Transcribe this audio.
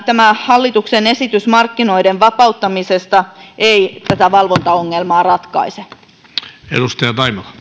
tämä hallituksen esitys markkinoiden vapauttamisesta ei tätä valvontaongelmaa ratkaise arvoisa